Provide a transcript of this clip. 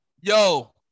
Yo